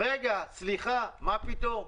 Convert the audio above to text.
רגע, סליחה, מה פתאום?